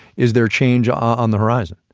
is there change on the horizon?